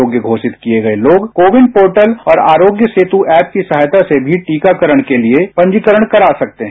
योग्य घोषित किए गए लोग को विन पोर्टल और आरोग्य सेत् ऐप की सहायता से भी टीकाकरण के लिए पंजीकरण करा सकते हैं